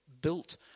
built